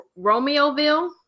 Romeoville